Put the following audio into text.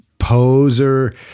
poser